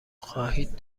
خواهید